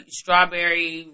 strawberry